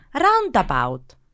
roundabout